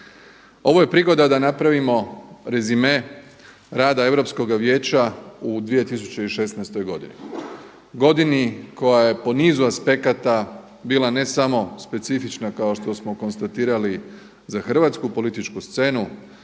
Ovo je prigoda da napravimo rezime rada Europskoga vijeća u 2016. godini, godini koja je po nizu aspekata bila ne samo specifična kao što smo konstatirali za hrvatsku političku scenu,